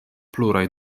pluraj